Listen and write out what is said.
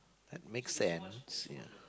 that make sense ya